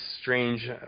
strange